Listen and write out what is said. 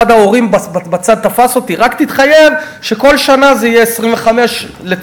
אחד ההורים בצד תפס אותי: רק תתחייב שכל שנה זה יהיה 25 לצמיתות.